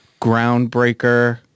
groundbreaker